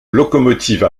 locomotive